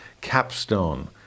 capstone